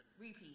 repeat